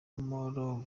uwamahoro